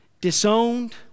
disowned